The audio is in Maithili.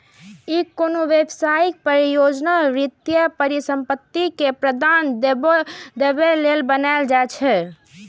ई कोनो व्यवसाय, परियोजना, वित्तीय परिसंपत्ति के प्रदर्शन देखाबे लेल बनाएल जाइ छै